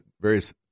various